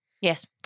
Yes